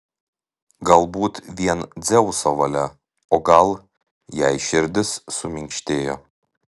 galbūt vien dzeuso valia o gal jai širdis suminkštėjo